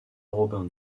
robin